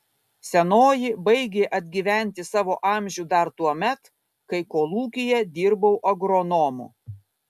senoji baigė atgyventi savo amžių dar tuomet kai kolūkyje dirbau agronomu